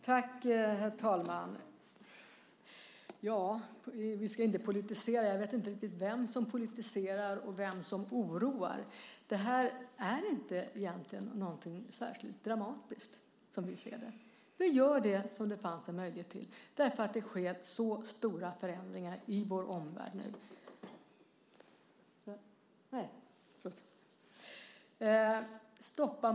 Herr talman! Vi ska inte politisera. Ja, jag vet inte riktigt vem det är som politiserar och som oroar. Det här är egentligen inte någonting som är särskilt dramatiskt, som vi ser det. Vi gör det som det fanns en möjlighet till därför att det nu sker så stora förändringar i vår omvärld.